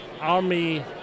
army